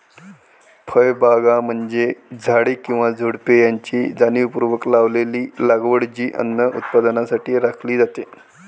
फळबागा म्हणजे झाडे किंवा झुडुपे यांची जाणीवपूर्वक लावलेली लागवड जी अन्न उत्पादनासाठी राखली जाते